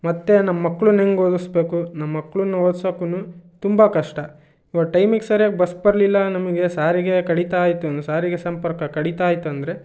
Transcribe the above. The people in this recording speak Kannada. ಮತ್ತು ನಮ್ಮ ಮಕ್ಕಳ್ನ ಹೆಂಗೆ ಓದಿಸ್ಬೇಕು ನಮ್ಮ ಮಕ್ಕಳ್ನ ಓದ್ಸೋಕೂ ತುಂಬ ಕಷ್ಟ ಇವಾಗ ಟೈಮಿಗೆ ಸರಿಯಾಗಿ ಬಸ್ ಬರಲಿಲ್ಲ ನಮಗೆ ಸಾರಿಗೆ ಕಡಿತ ಆಯಿತು ಅಂದ್ರೆ ಸಾರಿಗೆ ಸಂಪರ್ಕ ಕಡಿತ ಆಯ್ತು ಅಂದರೆ